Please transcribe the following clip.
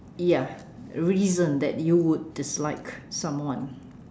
ya reason that you would dislike someone